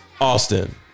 Austin